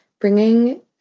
bringing